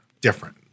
different